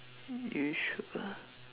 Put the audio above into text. you sure